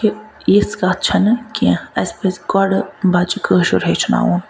کہ یِژھ کتھ چھَ نہٕ کینٛہہ اَسہِ پَزِ گۄڈٕ بَچہِ کٲشُر ہیٚچھناوُن